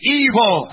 evil